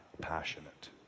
passionate